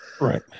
right